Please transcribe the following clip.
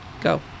Go